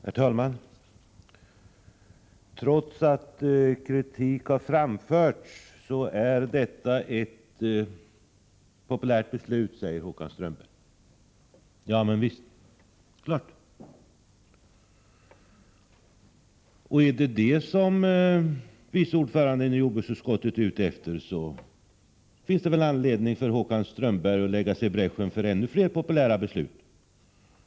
Herr talman! Trots att kritik har framförts är detta ett populärt beslut, säger Håkan Strömberg. Ja men visst. Är det detta som jordbruksutskottets vice ordförande är ute efter, finns det väl anledning för honom att gå i bräschen för ännu flera populära beslut.